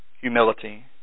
humility